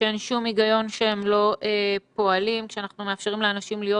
שאין שום היגיון שהם לא פועלים כשאנחנו מאפשרים לאנשים להיות